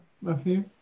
Matthew